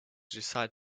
decide